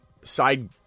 side